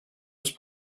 his